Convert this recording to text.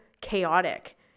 chaotic